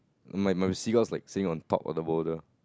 my my seagulls is like sitting on top of the boulder